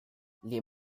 les